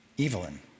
evelyn